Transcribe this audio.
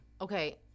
Okay